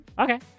Okay